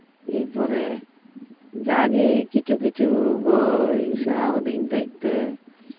ᱮᱨᱯᱚᱨᱮ ᱡᱟᱜᱮ ᱠᱤᱪᱷᱩ ᱠᱤᱪᱷᱩ ᱜᱚᱭ ᱥᱮᱬᱟᱣ ᱫᱤᱧ ᱛᱟᱦᱮᱸᱫ ᱛᱮ